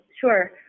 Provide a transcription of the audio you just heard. Sure